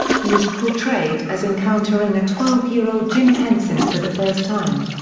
he is portrayed as encountering a twelve year old jim henson for the first time.